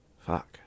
fuck